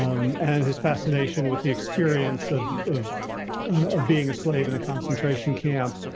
um and his fascination with the experience of, of of being a slave in a concentration camp.